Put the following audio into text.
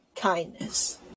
kindness